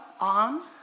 on